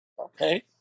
okay